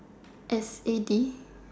F A D